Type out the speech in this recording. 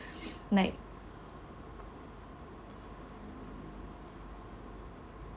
like